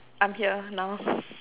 I'm here now